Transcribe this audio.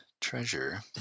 treasure